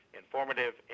informative